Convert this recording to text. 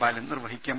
ബാലൻ നിർവ്വഹിക്കും